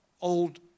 old